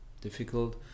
difficult